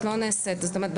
זאת אומרת,